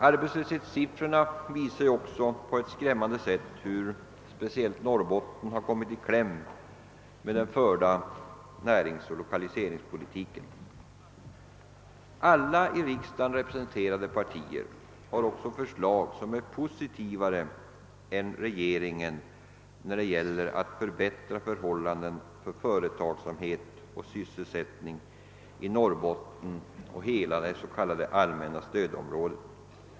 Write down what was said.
Arbetlöshetssiffrorna visar även på ett skrämmande sätt hur speciellt Norrbotten har kommit i kläm vid den förda näringsoch = lokaliseringspolitiken. Alla i riksdagen representerade partier har också mer positiva förslag än regeringens när det gäller att förbättra förhållandena med avseende på företagsamhet och sysselsättning i Norrbotten och hela det s.k. allmänna stödområdet.